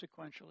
sequentially